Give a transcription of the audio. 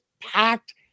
packed